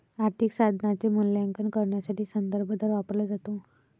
आर्थिक साधनाचे मूल्यांकन करण्यासाठी संदर्भ दर वापरला जातो